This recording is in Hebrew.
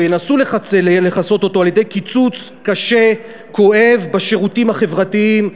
או ינסו לכסות אותו על-ידי קיצוץ קשה וכואב בשירותים החברתיים,